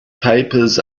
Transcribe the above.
papers